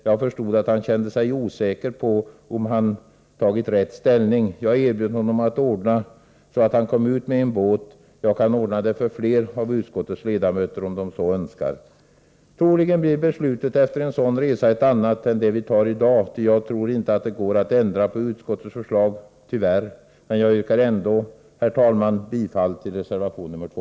Jag förstod att han kände sig osäker på om han tagit rätt ställning. Jag erbjöd honom att ordna så att han kom med en båt ut. Jag kan ordna det för fler av utskottets ledamöter, om de så önskar. Troligen blir beslutet efter en sådan resa ett annat än det vi fattar i dag, ty jag tror tyvärr inte det går att ändra på utskottsmajoritetens förslag. Men jag yrkar ändå, herr talman, bifall till reservation 2.